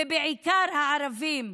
בעיקר הערבים,